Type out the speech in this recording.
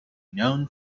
known